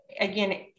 again